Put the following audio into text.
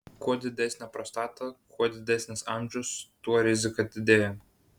kuo didesnė prostata kuo didesnis amžius tuo rizika didėja